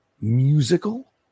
musical